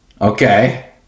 Okay